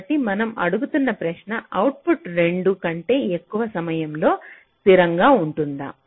కాబట్టి మనం అడుగుతున్న ప్రశ్న అవుట్పుట్ 2 కంటే ఎక్కువ సమయంలో స్థిరంగా ఉంటుందా